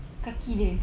kaki dia